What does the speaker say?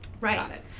Right